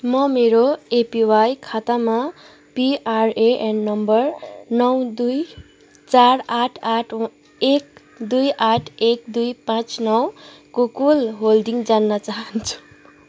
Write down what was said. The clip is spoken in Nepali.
म मेरो एपिवाई खातामा पिआरएएन नम्बर नौ दुई चार आठ आठ एक दुई आठ एक दुई पाँच नौ को कुल होल्डिङ जान्न चाहन्छु